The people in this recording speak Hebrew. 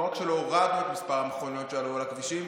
לא רק שלא הורדנו את מספר המכוניות שעלו על הכבישים,